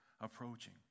approaching